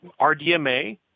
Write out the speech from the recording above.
RDMA